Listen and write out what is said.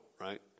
right